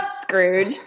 Scrooge